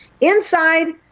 Inside